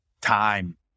time